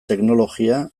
teknologia